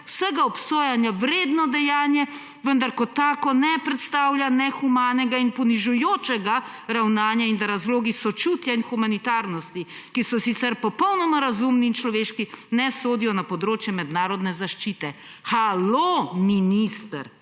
vsega obsojanja vredno dejanje, vendar kot tako ne predstavlja nehumanega in ponižujočega ravnanja« in da »razlogi sočutja in humanitarnosti, ki so sicer popolnoma razumni in človeški, ne sodijo na področje mednarodne zaščite«. Halo, minister!?